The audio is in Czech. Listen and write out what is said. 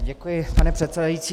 Děkuji, pane předsedající.